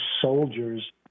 soldiers